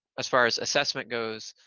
as far as assessment goes,